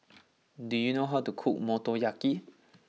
do you know how to cook Motoyaki